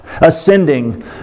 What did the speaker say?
ascending